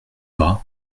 bras